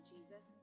Jesus